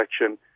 election